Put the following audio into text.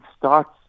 starts